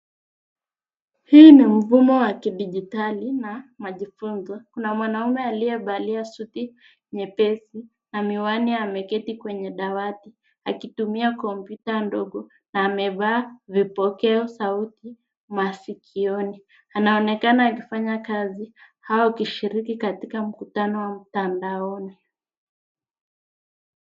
Hii ni mfumo ya kidijitali na majifunzo, kuna mwanaume aliyevalia suti nyepesi na miwani ameketi kwenye dawati akitumia kompyuta ndogo na amveaa vipokea sauti masikioni. Anaonekana akifanya kazi au akishiriki katika mkutano wa mtandaoni.